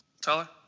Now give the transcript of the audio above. Tyler